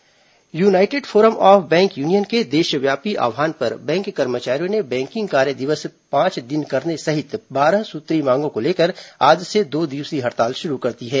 bank हड़ताल united forum of bank union के देशव्यापी आव्हान पर बैंक कर्मचारियों ने बैंकिंग कार्य दिवस पांच दिन करने सहित बारह सूत्रीय मांगों को लेकर आज से दो दिवसीय हड़ताल शुरू कर दी है